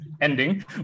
ending